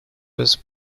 was